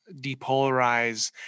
depolarize